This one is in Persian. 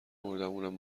اونم